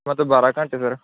ਮਤਲਵ ਬਾਰ੍ਹਾਂ ਘੰਟੇ ਸਰ